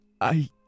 I-